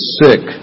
sick